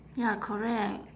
ya correct